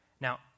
Now